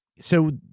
so,